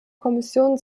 kommission